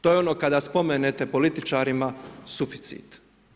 To je ono kada spomenete političarima suficit.